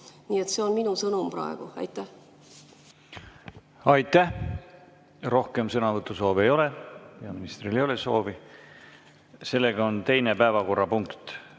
juurde. See on minu sõnum praegu. Aitäh! Aitäh! Rohkem sõnavõtusoove ei ole. Peaministril ei ole soovi? Sellega on teine päevakorrapunkt